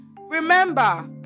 Remember